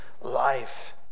life